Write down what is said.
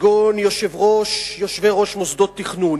כגון יושבי-ראש מוסדות תכנון,